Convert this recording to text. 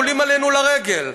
עולים אלינו לרגל,